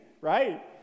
right